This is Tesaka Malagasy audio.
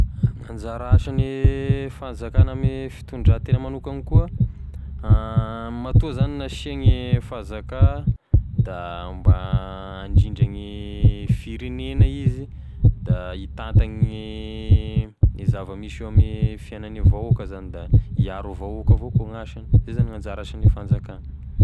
Gn'anzara asane fanzakana ame fitondrategna magnokany koa, matoa zany nasia gne fanzaka da mba handrindra gne firegnena izy da hitantany gne zava-misy eo ame fiagnane vahoaky zany da iaro e vahoaky avao koa gn'asagny, zay zany gn'anzara asane fanzakana.